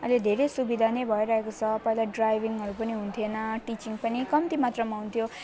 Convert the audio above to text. अहिले धेरै सुविधा नै भइरहेको छ पहिला ड्राइभिङहरू पनि हुन्थिएन टिचिङ पनि कम्ती मात्रामा हुन्थ्यो